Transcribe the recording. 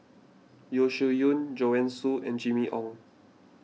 Yeo Shih Yun Joanne Soo and Jimmy Ong